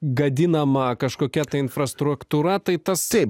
gadinama kažkokia infrastruktūra tai tasai